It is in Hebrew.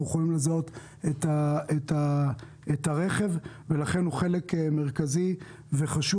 יכולים לזהות את הרכב ולכן הוא חלק מרכזי וחשוב.